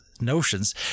notions